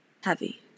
heavy